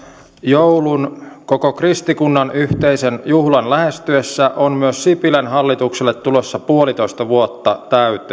joulun koko kristikunnan yhteisen juhlan lähestyessä on myös sipilän hallitukselle tulossa puolitoista vuotta täyteen